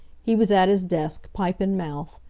he was at his desk, pipe in mouth.